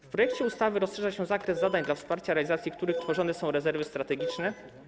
W projekcie ustawy rozszerza się zakres zadań dla wsparcia realizacji których tworzone są rezerwy strategiczne.